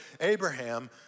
Abraham